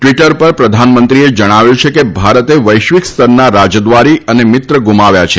Twitter પર પ્રધાનમંત્રીએ જણાવ્યું છે કે ભારતે વૈશ્વિક સ્તરના રાજદ્વારી અને મિત્ર ગુમાવ્યા છે